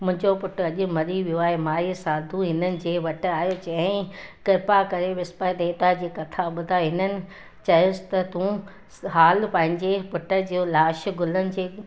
मुंहिंजो पुटु अॼु मरी वियो आहे माईअ साधू इन जे वटि आयो चयांईं कृपा करे विस्पति देविता जी कथा ॿुधाए इन्हनि चयुसि त तूं हाल पंहिंजे पुट जो लाश गुलनि जे